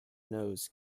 nose